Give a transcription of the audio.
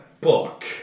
book